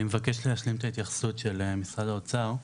אני מבקש להשלים את ההתייחסות של משרד האוצר.